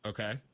Okay